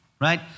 right